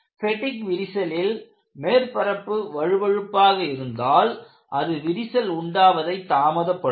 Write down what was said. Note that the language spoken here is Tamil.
பெடிக் விரிசலில் மேற்பரப்பு வழுவழுப்பாக இருந்தால் அது விரிசல் உண்டாவதை தாமதப்படுத்தும்